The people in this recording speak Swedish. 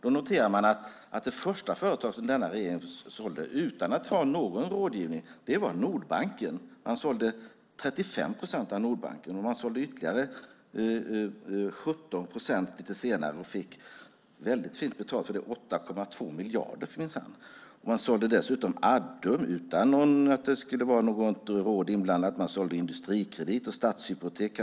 Vi noterar att det första företaget som den regeringen sålde, utan någon rådgivning, var Nordbanken. Man sålde 35 procent av Nordbanken, och lite senare sålde man ytterligare 17 procent och fick väldigt fint betalt för det - 8,2 miljarder minsann! Man sålde dessutom Addum utan att blanda in något råd. Man sålde Industrikredit och Stadshypotek.